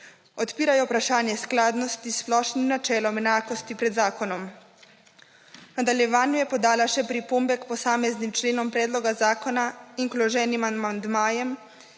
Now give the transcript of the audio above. odpirajo vprašanje skladnosti s splošnim načelom enakosti pred zakonom. V nadaljevanju je podala še pripombe k posameznim členom predloga zakona in k vloženim amandmajem,